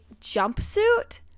jumpsuit